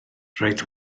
roedd